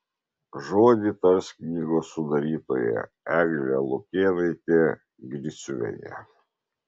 žodį tars knygos sudarytoja eglė lukėnaitė griciuvienė